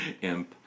imp